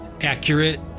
accurate